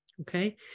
Okay